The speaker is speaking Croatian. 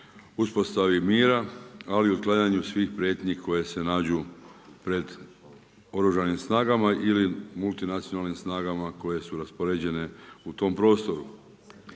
uspostaviti mira ali otklanjanju svih prijetnji koje se nađu pred Oružanim snagama ili multinacionalnim snagama koje su raspoređene u tom prostoru.